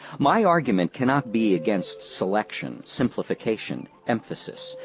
my argument cannot be against selection, simplification, emphasis,